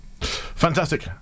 Fantastic